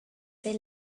they